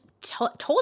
told